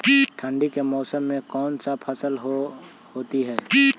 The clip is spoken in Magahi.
ठंडी के मौसम में कौन सा फसल होती है?